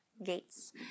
Gates